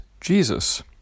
Jesus